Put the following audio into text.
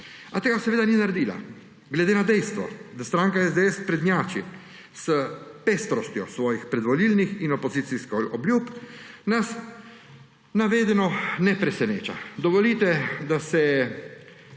a tega seveda ni naredila. Glede na dejstvo, da stranka SDS prednjači s pestrostjo svojih predvolilnih in opozicijskih obljub, nas navedeno ne preseneča. Dovolite, da se